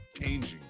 Changing